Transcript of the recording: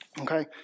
Okay